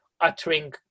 uttering